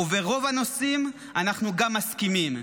וברוב הנושאים אנחנו גם מסכימים.